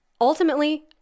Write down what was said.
Ultimately